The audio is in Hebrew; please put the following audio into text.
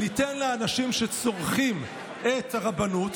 שניתן לאנשים שצורכים את הרבנות,